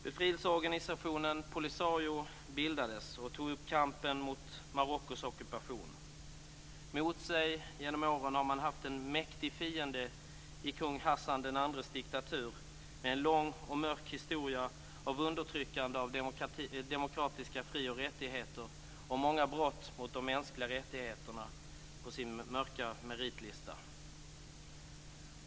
Befrielseorganisationen Polisario bildades och tog upp kampen mot Marockos ockupation. Mot sig genom åren har man haft en mäktig fiende i kung Hassan II:s diktatur med en lång och mörk historia av undertryckande av demokratiska fri och rättigheter och många brott mot de mänskliga rättigheterna på sin mörka meritlista.